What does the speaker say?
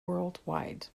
worldwide